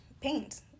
paint